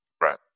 right